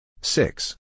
Six